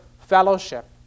fellowship